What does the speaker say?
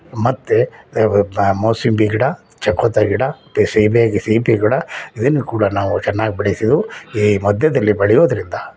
ಮತ್ತು ಬ ಮೂಸಂಬಿ ಗಿಡ ಚಕೋತ ಗಿಡ ಮತ್ತು ಸೀಬೆ ಸೀಬೆ ಗಿಡ ಇದನ್ನು ಕೂಡ ನಾವು ಚೆನ್ನಾಗಿ ಬೆಳೆಸಿದ್ವು ಈ ಮಧ್ಯದಲ್ಲಿ ಬೆಳೆಯೋದರಿಂದ